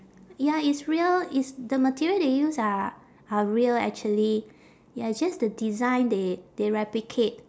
ya it's real it's the material they use are are real actually ya just the design they they replicate